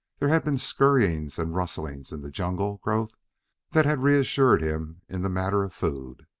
there had been scurryings and rustlings in the jungle growth that had reassured him in the matter of food.